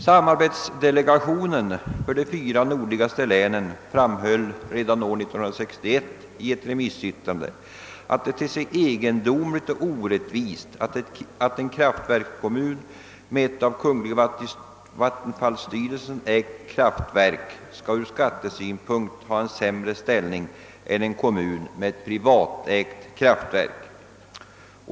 Samarbetsdelegationen för de fyra nordligaste länen framhöll redan 1961 i ett remissyttrande, att det ter sig egendomligt och orättvist att en kommun med ett av statens vattenfallsverk ägt kraftverk från skattesynpunkt skall ha sämre ställning än en kommun med ett privatägt kraftverk.